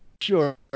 sure